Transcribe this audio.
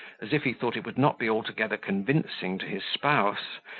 as if he thought it would not be altogether convincing to his spouse,